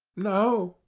no.